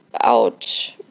out